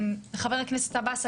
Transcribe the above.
חבר הכנסת עבאס,